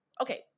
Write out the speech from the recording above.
okay